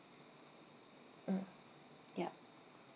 mm yup